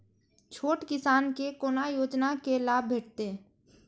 छोट किसान के कोना योजना के लाभ भेटते?